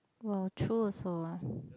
!wah! true also ah